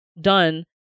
done